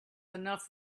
enough